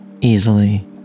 easily